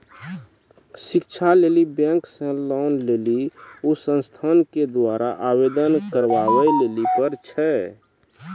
शिक्षा लेली बैंक से लोन लेली उ संस्थान के द्वारा आवेदन करबाबै लेली पर छै?